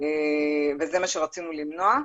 מה שרצינו למנוע.